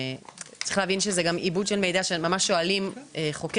צריך להבין שזה גם עיבוד של מידע שממש שואלים חוקר-חוקר,